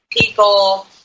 people